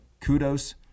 Kudos